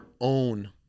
own